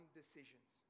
decisions